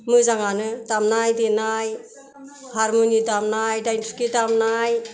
मोजाङानो दामनाय देनाय हारमुनि दामनाय दाइ थुखे दामनाय